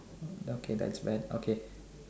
okay that's bad okay